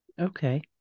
Okay